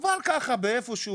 עבר ככה באיפשהו,